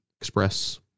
express